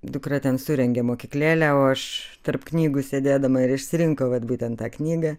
dukra ten surengė mokyklėlę o aš tarp knygų sėdėdama ir išsirinko vat būtent tą knygą